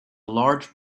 large